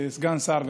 אני כסגן שר,